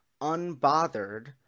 unbothered